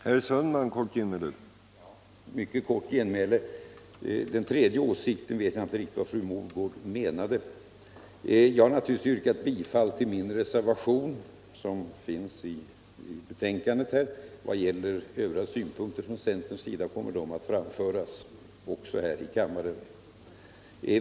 Herr talman! Ett mycket kort genmäle. Den tredje åsikten vet jag inte riktigt vad fru Mogård menar med. Jag har naturligtvis yrkat bifall till min reservation i detta betänkande. Vad gäller övriga synpunkter från centerns sida kommer även de att framföras här i kammaren.